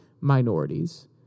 minorities